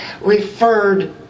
referred